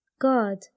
God